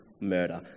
murder